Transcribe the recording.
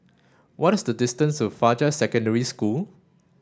what is the distance to Fajar Secondary School